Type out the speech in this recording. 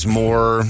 more